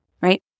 right